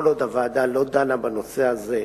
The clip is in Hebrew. כל עוד הוועדה לא דנה בנושא הזה,